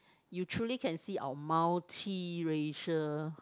you truly can see our multiracial